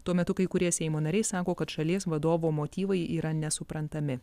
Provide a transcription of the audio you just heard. tuo metu kai kurie seimo nariai sako kad šalies vadovo motyvai yra nesuprantami